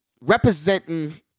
representing